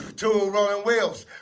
two rolling wheels